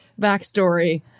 backstory